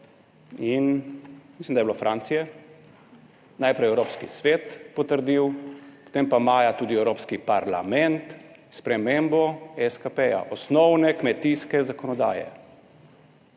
in mislim, da je bila Francija, najprej Evropski svet potrdil, potem pa maja tudi Evropski parlament spremembo SKP, osnovne kmetijske zakonodaje.